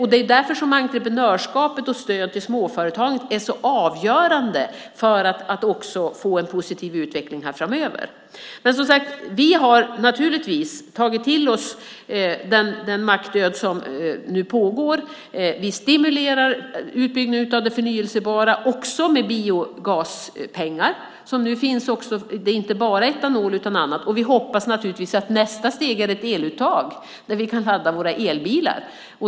Det är därför som entreprenörskapet och stödet till småföretagen är så avgörande för att man ska få en positiv utveckling här framöver. Vi har naturligtvis, som sagt, tagit till oss att denna mackdöd sker. Vi stimulerar utbyggnaden av det förnybara, också med biogaspengar, som nu finns. Det är inte bara etanol, utan det finns också annat. Vi hoppas naturligtvis att nästa steg är ett eluttag där vi kan ladda våra elbilar.